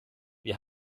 wir